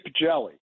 jelly